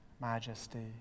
majesty